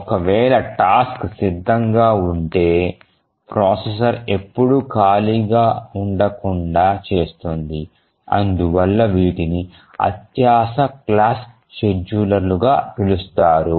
ఒక వేళ టాస్క్ సిద్ధంగా ఉంటే ప్రాసెసర్ ఎప్పుడూ ఖాళీగా ఉండకుండా చేస్తుంది అందువల్ల వీటిని అత్యాశ క్లాస్ షెడ్యూలర్లుగా పిలుస్తారు